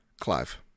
Clive